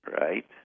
right